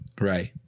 right